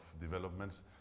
developments